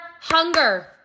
Hunger